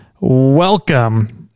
Welcome